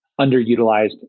underutilized